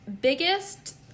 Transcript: biggest